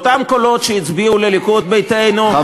אותם קולות שהצביעו לליכוד ביתנו לא הצביעו,